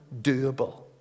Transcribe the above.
doable